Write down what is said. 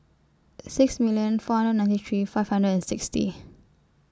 six million four hundred ninety three five hundred and sixty